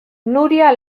nuria